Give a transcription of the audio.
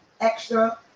extra